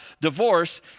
divorce